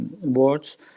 words